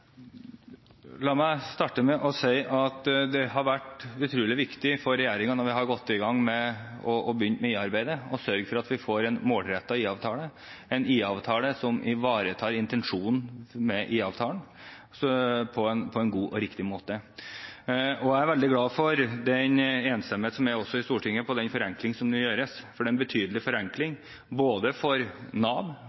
La meg starte med å si at det var utrolig viktig for regjeringen, da vi gikk i gang med IA-arbeidet, å sørge for at vi får en målrettet IA-avtale, en IA-avtale som ivaretar intensjonen med IA-avtalen på en god og riktig måte. Jeg er veldig glad for den enstemmigheten som er i Stortinget med tanke på den forenklingen som nå gjøres, for det er en betydelig forenkling,